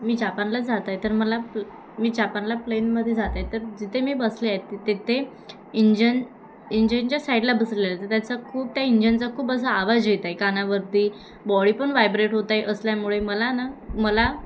मी जापानलाच जात आहे तर मला प् मी जापानला प्लेनमध्ये जात आहे तर जिथे मी बसले तिथे इंजन इंजिनच्या साईडला बसले तर त्याचा खूप त्या इंजनचा खूप असा आवाज येतं आहे कानावरती बॉडी पण वायब्रेट होत आहे असल्यामुळे मला ना मला